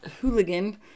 hooligan